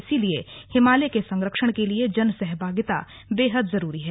इसलिए हिमालय के संरक्षण के लिए जन सहभागिता बेहद जरूरी है